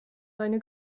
seine